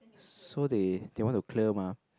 so they they want to clear mah